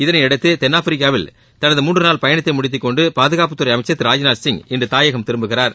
இதனையடுத்து தென்னாப்பிரிக்காவில் தனது மூன்று நாள் பயணத்தை முடித்துக் கொன்டு பாதுகாப்புத்துறை அமைச்சர் திரு ராஜ்நாத் சிங் இன்று தாயகம் திரும்புகிறார்